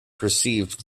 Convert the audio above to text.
perceived